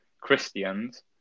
Christians